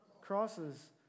crosses